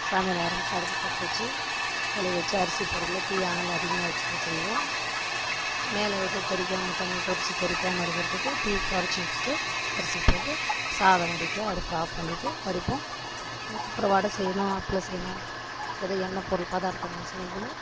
சமையல் ஆரம்பித்து அடுப்பு பற்ற வச்சு உலைய வச்சு அரிசி போடக்குள்ள தீ அனல் அதிகமாக வச்சுட்டு செய்வோம் மேலே இது தெளிக்காமல் தண்ணி கொதித்து தெளிக்காமல் இருக்கிறதுக்கு தீ குறைச்சி வைச்சுட்டு அரிசி போட்டு சாதம் வடிக்கக்கொள்ள அடுப்பை ஆஃப் பண்ணிவிட்டு வடிப்போம் அதுக்கப்பறம் வடை செய்யணும் அப்ளம் செய்யணும் எதோ எண்ணெய் பொருள் பதார்த்தங்கள் செய்யக்குள்ள